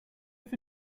ever